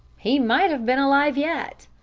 he might have been alive yet.